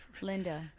Linda